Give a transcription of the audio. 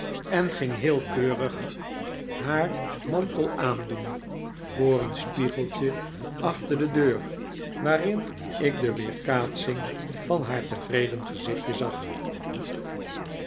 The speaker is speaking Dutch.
en ging heel keurig haar mantel aandoen voor een spiegeltje achter de deur waarin ik de weerkaatsing van haar tevreden gezichtje zag